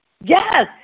Yes